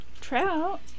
Trout